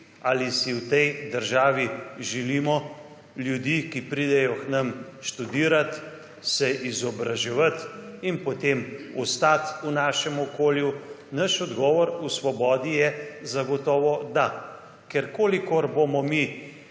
Ali si v tej državi želimo ljudi, ki pridejo k nam študirat, se izobraževat in potem ostat v našem okolju? Naš odgovor v Svobodi je zagotovo da, ker v kolikor bomo mi